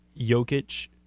Jokic